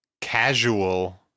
casual